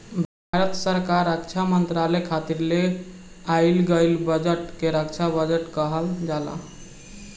भारत सरकार रक्षा मंत्रालय खातिर ले आइल गईल बजट के रक्षा बजट कहल जाला